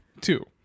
Two